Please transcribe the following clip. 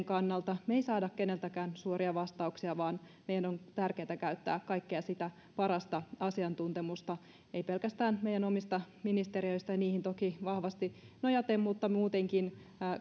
kannalta me emme saa keneltäkään suoria vastauksia vaan meidän on tärkeätä käyttää kaikkea sitä parasta asiantuntemusta ei pelkästään meidän omista ministeriöistä niihin toki vahvasti nojaten vaan muutenkin